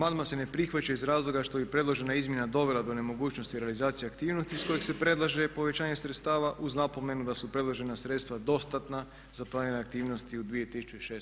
Amandman se ne prihvaća iz razloga što bi predložena izmjena dovela do nemogućnosti realizacije aktivnosti iz kojeg se predlaže povećanje sredstava uz napomenu da su predložena sredstva dostatna za planirane aktivnosti u 2016. godini.